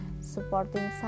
supporting